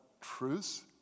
truths